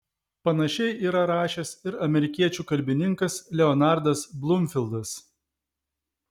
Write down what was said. panašiai yra rašęs ir amerikiečių kalbininkas leonardas blumfildas